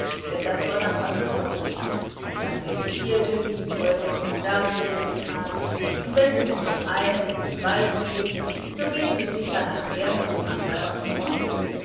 denn das soll nach was aussehen und dann wird hier geliebäugelt und da schöngetan und wenn sie mit dem einen in den wald gehen so gehen sie sicher nachher mit dem andern auf die wiese